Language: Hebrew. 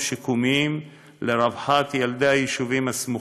שיקומיים לרווחת ילדי היישובים הסמוכים.